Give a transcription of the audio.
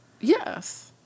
Yes